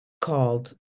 called